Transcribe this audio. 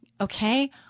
Okay